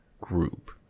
group